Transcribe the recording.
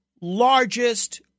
largest